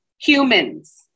humans